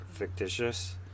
fictitious